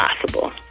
possible